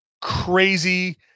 crazy